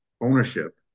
ownership